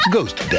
Ghost